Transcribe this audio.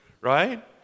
right